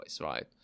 right